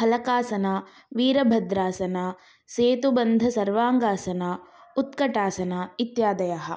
फलकासना वीरभद्रासना सेतुबन्धसर्वाङ्गासना उत्कटासना इत्यादयः